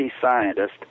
scientist